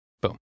Boom